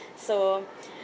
so